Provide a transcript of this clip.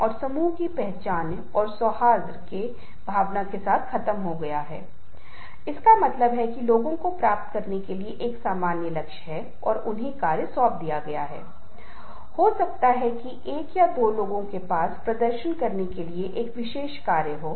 आप कभी कभी सहयोगियों रूप से किसी की सराहना कर रहे है एक व्यक्ति भी शर्मिंदा महसूस करता है और उस प्रशंसा को सही भावना में नहीं ले जाएगा